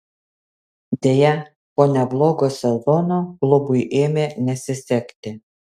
deja po neblogo sezono klubui ėmė nesisekti